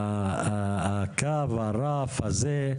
הקו, את הרף הזה,